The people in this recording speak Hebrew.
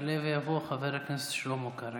יעלה ויבוא חבר הכנסת שלמה קרעי.